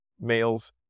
males